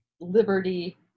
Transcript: liberty